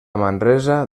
manresa